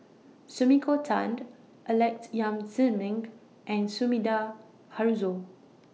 Sumiko Tan Alex Yam Ziming and Sumida Haruzo